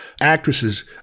actresses